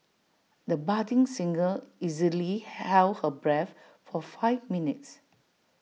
the budding singer easily held her breath for five minutes